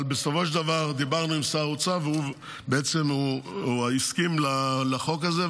אבל בסופו של דבר דיברנו עם שר אוצר והוא בעצם הסכים לחוק הזה,